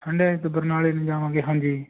ਹੰਡਾਯੇ ਤੋਂ ਬਰਨਾਲੇ ਨੂੰ ਜਾਵਾਂਗੇ ਹਾਂਜੀ